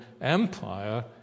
Empire